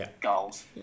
goals